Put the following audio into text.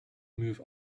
move